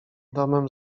domem